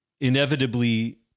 inevitably